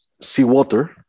seawater